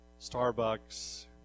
Starbucks